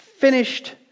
finished